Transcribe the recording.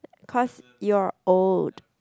cause you are old